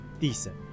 decent